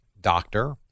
doctor